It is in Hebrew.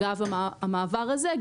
אגב המעבר הזה,